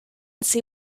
see